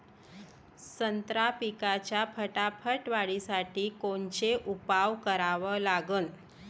संत्रा पिकाच्या फटाफट वाढीसाठी कोनचे उपाव करा लागन?